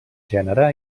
gènere